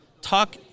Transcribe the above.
Talk